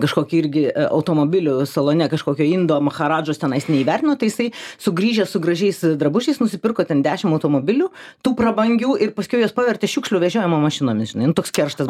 kažkokį irgi automobilių salone kažkokio indo maharadžos tenais neįvertino tai jisai sugrįžę su gražiais drabužiais nusipirko ten dešim automobilių tų prabangių ir paskiau juos pavertė šiukšlių vežiojimo mašinomis žinai nu toks kerštas